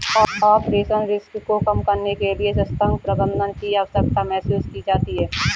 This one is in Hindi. ऑपरेशनल रिस्क को कम करने के लिए सशक्त प्रबंधन की आवश्यकता महसूस की जाती है